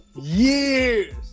Years